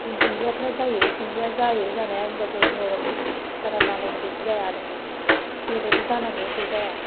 बे दुन्दियाफ्रा जायो जानाया होनबाबो नरम बारा मालायनि बायदि जाया आरो जेबायदि जानांगौ बेबादि जाया